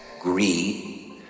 Greed